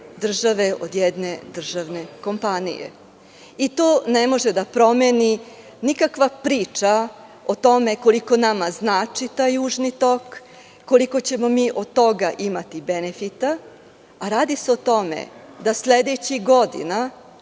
države, od jedne državne kompanije. To ne može da promeni nikakva priča o tome koliko nama znači taj „Južni tok“, koliko ćemo mi od toga imati benefita, a radi se o tome da sledećih godina,